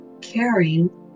caring